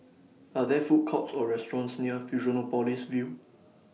Are There Food Courts Or restaurants near Fusionopolis View